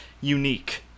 unique